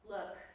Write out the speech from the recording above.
Look